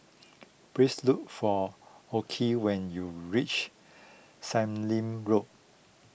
please look for Okey when you reach Sallim Road